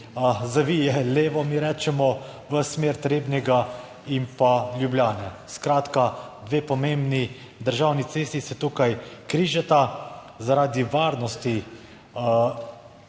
zavije levo, mi rečemo v smer Trebnjega in pa Ljubljane. Skratka, dve pomembni državni cesti se tukaj križata, zaradi varnosti.